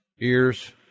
ears